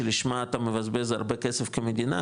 שלשמה אתה מבזבז הרבה כסף כמדינה,